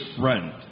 friend